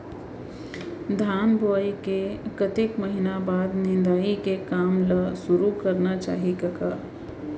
धान बोवई के कतेक महिना बाद निंदाई के काम ल सुरू करना चाही कका?